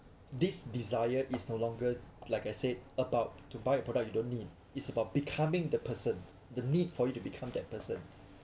this desire is no longer like I said about to buy a product you don't need it's about becoming the person the need for you to become that person